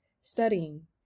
studying